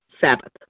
Sabbath